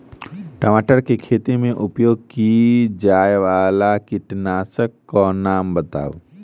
टमाटर केँ खेती मे उपयोग की जायवला कीटनासक कऽ नाम बताऊ?